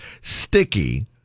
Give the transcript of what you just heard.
sticky